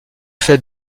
fait